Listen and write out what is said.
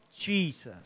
Jesus